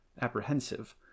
apprehensive